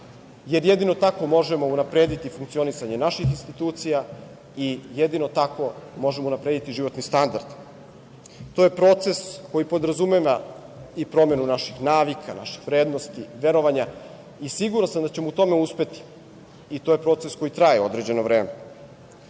jer jedino tako možemo unaprediti funkcionisanje naših institucija i jedino tako možemo unaprediti životni standard. To je proces koji podrazumeva i promenu naših navika, naših vrednosti, verovanja, i siguran sam da ćemo u tome uspeti i to je proces koji traje određeno vreme. Iako